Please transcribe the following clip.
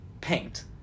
Paint